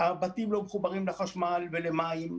הבתים לא מחוברים לחשמל ולמים,